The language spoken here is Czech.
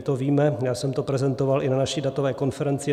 To víme, já jsem to prezentoval i na naší datové konferenci.